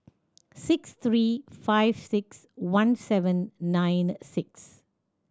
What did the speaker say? six three five six one seven nine six